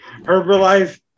herbalife